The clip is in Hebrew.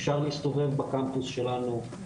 אפשר להסתובב בקמפוס שלנו,